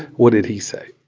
what did he say?